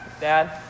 Dad